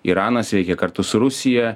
iranas veikia kartu su rusija